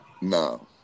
No